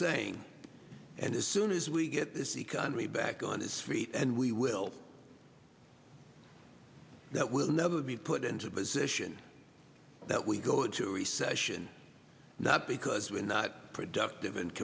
saying and as soon as we get this economy back on its feet and we will that we'll never be put into a position that we go into recession not because we're not productive